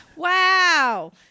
Wow